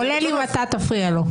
כולל אם אתה תפריע לו.